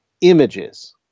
images